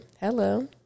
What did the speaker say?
Hello